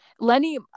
Lenny